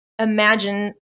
Imagine